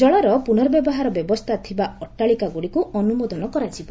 ଜଳର ପୁନଃ ବ୍ୟବହାର ବ୍ୟବସ୍ଥା ଅଟ୍ଟାଳିକା ଗୁଡ଼ିକୁ ଅନୁମୋଦନ କରାଯିବ